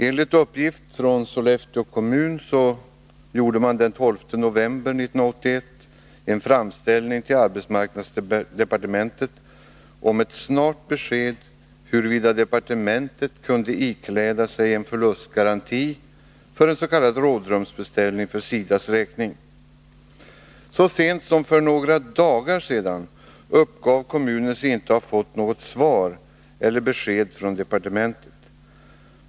Enligt uppgift från Sollefteå kommun gjordes den 12 november 1981 en framställning till arbetsmarknadsdepartementet om ett snart besked huruvida departementet kunde ikläda sig en förlustgaranti för ens.k. rådrumsbeställning för SIDA:s räkning. Så sent som för några dagar sedan uppgav kommunen sig inte ha fått något svar eller besked från departementet.